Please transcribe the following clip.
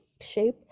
shape